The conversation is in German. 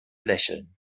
lächeln